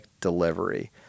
delivery